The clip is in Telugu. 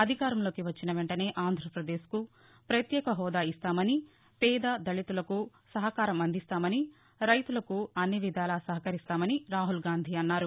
అధికారంలోకి వచ్చిన వెంటనే ఆంధ్రప్రదేశ్కు ప్రత్యేక హోదా ఇస్తామని పేద దళితులకు సహకారం అందిస్తామని రైతులకు అన్నివిధాలా సహకరిస్తామని రాహుల్ గాంధీ అన్నారు